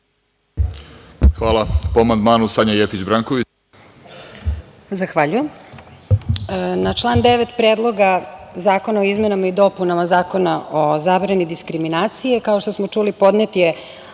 Hvala. Po amandmanu, Sanja Jefić Branković.